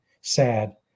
sad